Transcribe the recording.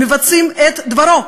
מבצעים את דברו,